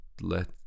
let